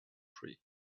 tree